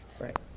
Right